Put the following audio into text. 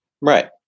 Right